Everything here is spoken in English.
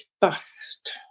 bust